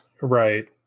right